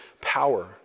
power